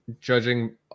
judging